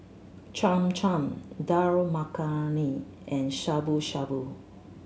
Cham Cham Dal Makhani and Shabu Shabu